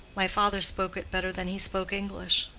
my father spoke it better than he spoke english.